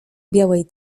białej